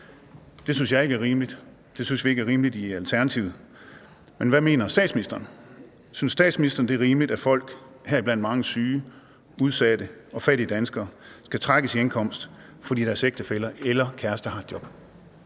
Det synes jeg ikke er rimeligt. Det synes vi i Alternativet ikke er rimeligt. Men hvad mener statsministeren? Synes statsministeren, det er rimeligt, at folk – heriblandt mange syge, udsatte og fattige danskere – skal trækkes i indkomst, fordi deres ægtefælle eller kæreste har et job?